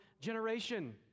generation